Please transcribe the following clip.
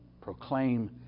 Proclaim